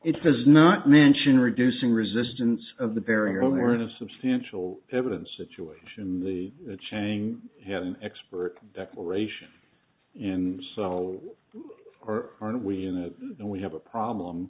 it does not mention reducing resistance of the barrier or the substantial evidence situation the chain had an expert declaration and so are we in it and we have a problem